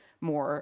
more